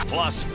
Plus